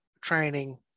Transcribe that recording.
training